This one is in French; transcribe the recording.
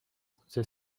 the